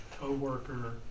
co-worker